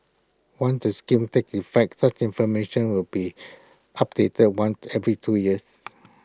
once the scheme takes effect such information will be updated once every two years